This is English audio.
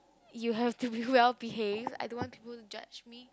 you have to be well behave I don't want people to judge me